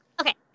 Okay